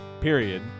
Period